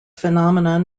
phenomenon